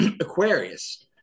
aquarius